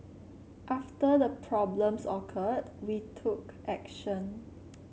after the problems occurred we took action